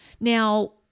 Now